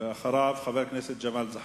ואחריו, חבר הכנסת ג'מאל זחאלקה.